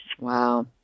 Wow